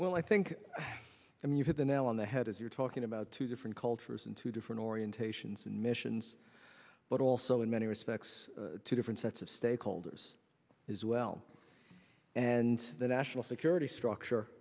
well i think you've hit the nail on the head as you're talking about two different cultures in two different orientations and missions but also in many respects two different sets of stakeholders as well and the national security structure